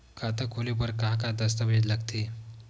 खाता खोले बर का का दस्तावेज लगथे?